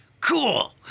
cool